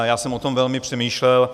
Já jsem o tom velmi přemýšlel.